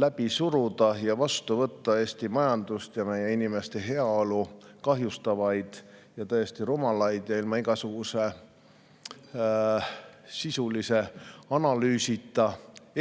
läbi suruda ja vastu võtta Eesti majandust ja meie inimeste heaolu kahjustavaid ja tõesti rumalaid ja ilma igasuguse sisulise analüüsita